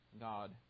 god